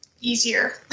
Easier